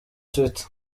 twitter